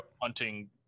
hunting